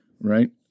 Right